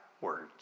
words